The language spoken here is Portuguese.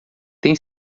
tem